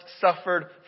suffered